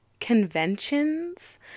Conventions